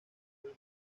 del